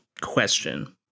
question